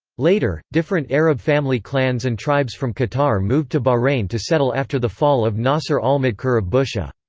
later, different arab family clans and tribes from qatar moved to bahrain to settle after the fall of nasr al-madhkur of bushehr.